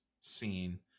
scene